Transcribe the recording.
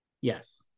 Yes